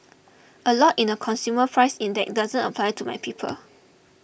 a lot in the consumer price index doesn't apply to my people